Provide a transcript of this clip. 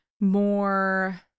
more